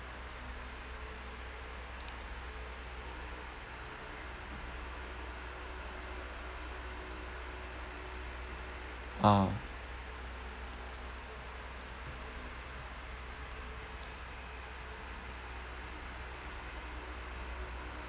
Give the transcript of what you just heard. uh